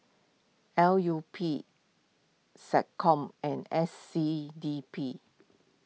L U P SecCom and S C D P